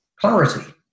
clarity